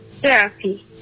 therapy